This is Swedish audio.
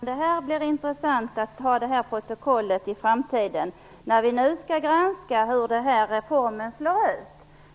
Herr talman! Det blir intressant att spara detta protokoll för framtiden. Vi skall nu granska hur denna reform slår ut.